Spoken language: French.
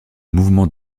mouvement